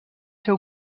ser